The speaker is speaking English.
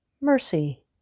mercy